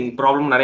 problem